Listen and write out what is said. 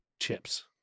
chips